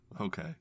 Okay